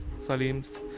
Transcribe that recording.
Salims